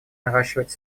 наращивать